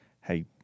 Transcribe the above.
hey